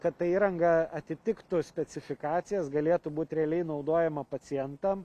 kad ta įranga atitiktų specifikacijas galėtų būt realiai naudojama pacientam